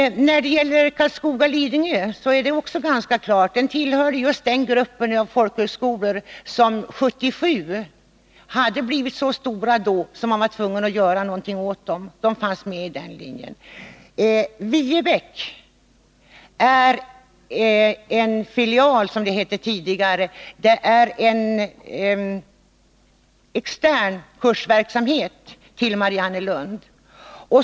När det gäller Karlskoga/Lidingö är det också ganska klart. Skolan tillhör just den grupp folkhögskolor som 1977 hade blivit så stora att man var tvungen att göra någonting åt dem. Viebäck är en filial, som det hette tidigare. Där bedrivs en extern kursverksamhet som hör till Mariannelund.